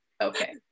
okay